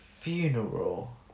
funeral